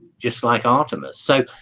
just like artemus, so